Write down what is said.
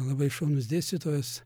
labai šaunus dėstytojas